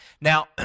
Now